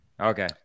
Okay